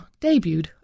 debuted